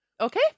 Okay